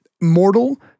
mortal